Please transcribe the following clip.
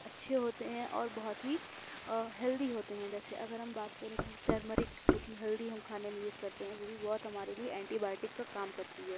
اچھے ہوتے ہیں اور بہت ہی ہیلدی ہوتے ہیں جیسے اگر ہم بات کریں کہ ٹرمرک جو کہ ہلدی ہم کھانے میں یوز کرتے ہیں وہ بھی بہت ہمارے لیے انٹی بائوٹک کا کام کرتی ہے